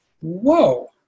whoa